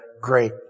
Great